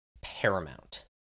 paramount